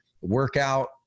workout